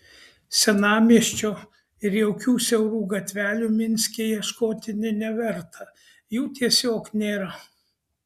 senamiesčio ir jaukių siaurų gatvelių minske ieškoti nė neverta jų tiesiog nėra